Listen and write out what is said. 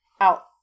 out